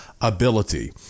ability